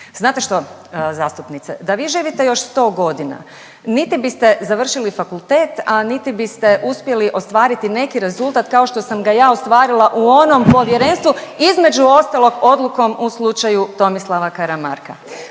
Znate što zastupnice, da vi živite još sto godina niti biste završili fakultet, a niti biste uspjeli ostvariti neki rezultat kao što sam ga ja ostvarila u onom povjerenstvu, između ostalog odlukom u slučaju Tomislava Karamarka.